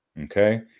Okay